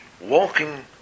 walking